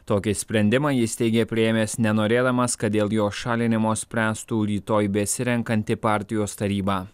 tokį sprendimą jis teigė priėmęs nenorėdamas kad dėl jo šalinimo spręstų rytoj besirenkanti partijos taryba